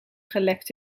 gelekt